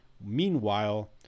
Meanwhile